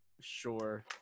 sure